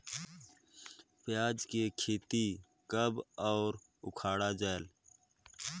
पियाज के खेती कब अउ उखाड़ा जायेल?